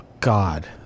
God